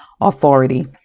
authority